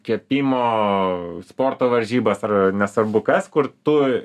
kepimo sporto varžybas ar nesvarbu kas kur tu